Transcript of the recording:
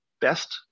best